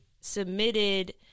submitted